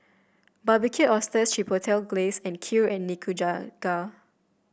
Barbecued Oysters Chipotle Glaze Kheer and Nikujaga